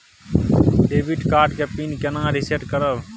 Debit card के पिन केना रिसेट करब?